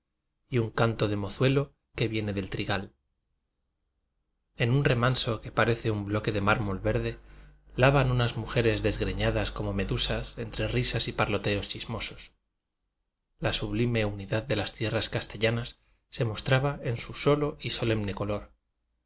y un canto de mozuelo que viene del trigal en un remanso que parece un bloque de mármol verde lavan unas mujeres desgre ñadas como medusas entre risas y parlo teos chismosos la sublime unidad de las tierras castella nas se mostraba en su solo y solemne color